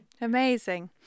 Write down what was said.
Amazing